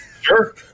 Sure